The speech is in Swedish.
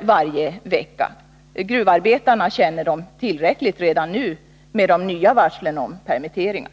varje vecka. Gruvarbetarna känner dem tillräckligt redan nu med de nya varslen om permitteringar.